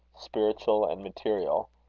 spiritual and material,